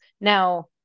Now